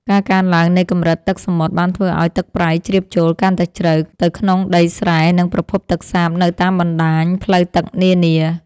ការកើនឡើងនៃកម្រិតទឹកសមុទ្របានធ្វើឱ្យទឹកប្រៃជ្រាបចូលកាន់តែជ្រៅទៅក្នុងដីស្រែ និងប្រភពទឹកសាបនៅតាមបណ្ដាញផ្លូវទឹកនានា។